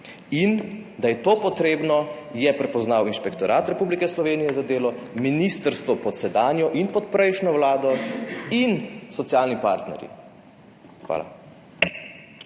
Da je to potrebno, je prepoznal Inšpektorat Republike Slovenije za delo, ministrstvo pod sedanjo in pod prejšnjo vlado ter socialni partnerji. Hvala.